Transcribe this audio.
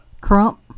Crump